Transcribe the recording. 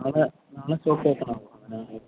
നാളെ നാളെ shop open ആകുമോ